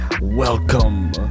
Welcome